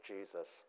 Jesus